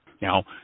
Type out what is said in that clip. Now